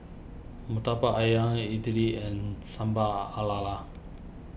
Murtabak Ayam Idly and Sambal Are Lala